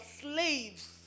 slaves